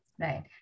right